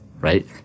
right